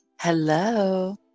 Hello